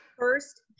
first